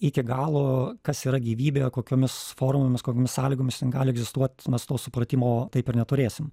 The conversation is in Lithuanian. iki galo kas yra gyvybė kokiomis formomis kokiomis sąlygomis jin gali egzistuot mes to supratimo taip ir neturėsim